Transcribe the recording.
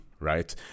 Right